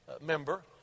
member